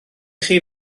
chi